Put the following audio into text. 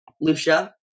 Lucia